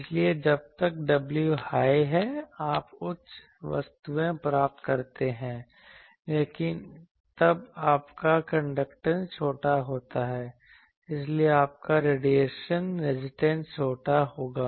इसलिए जब तक w हाय है आप उच्च वस्तुएं प्राप्त करते हैं लेकिन तब आपका कंडक्टेंस छोटा होता है इसलिए आपका रेडिएशन रेजिस्टेंस छोटा होगा